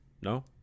No